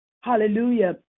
hallelujah